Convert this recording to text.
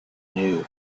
knew